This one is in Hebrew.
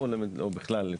למשימה הזו או בכלל?